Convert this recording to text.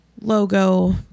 logo